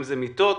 מיטות.